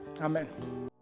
Amen